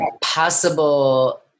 possible